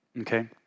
Okay